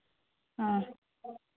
ᱚ